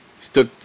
stuck